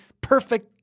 perfect